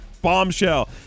bombshell